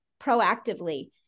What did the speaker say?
proactively